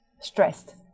stressed